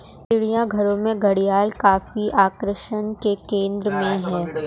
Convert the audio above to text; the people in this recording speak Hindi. चिड़ियाघरों में घड़ियाल काफी आकर्षण का केंद्र है